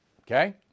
Okay